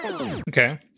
Okay